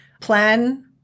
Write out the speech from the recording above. plan